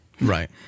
Right